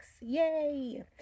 Yay